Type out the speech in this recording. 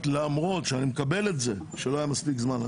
למרות שאני מקבל את זה שלא היה מספיק זמן.